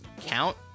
count